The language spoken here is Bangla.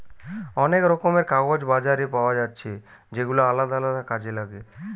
অনেক রকমের কাগজ বাজারে পায়া যাচ্ছে যেগুলা আলদা আলদা কাজে লাগে